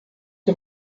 que